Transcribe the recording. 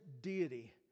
deity